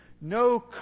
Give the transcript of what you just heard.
No